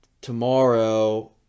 Tomorrow